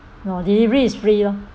no delivery is free lor